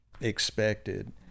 expected